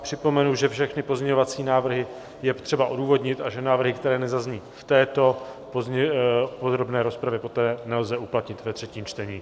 Připomenu, že všechny pozměňovací návrhy je třeba odůvodnit a že návrhy, které nezazní v této podrobné rozpravě, poté nelze uplatnit ve třetím čtení.